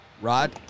Rod